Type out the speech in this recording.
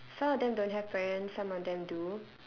some of them don't have parents some of them do